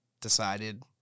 decided